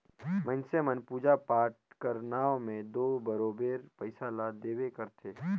मइनसे मन पूजा पाठ कर नांव में दो बरोबेर पइसा ल देबे करथे